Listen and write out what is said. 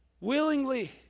willingly